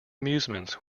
amusements